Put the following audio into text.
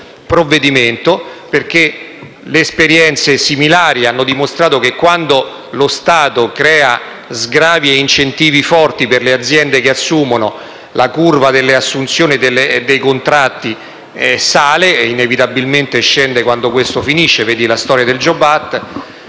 in esame, in quanto esperienze similari hanno dimostrato che quando lo Stato crea sgravi e incentivi forti per le aziende che assumono, la curva delle assunzioni e dei contratti sale, mentre inevitabilmente scende quando questi finiscono (si veda la storia del *jobs